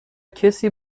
کسی